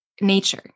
nature